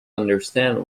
understand